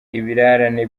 ibirarane